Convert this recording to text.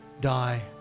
die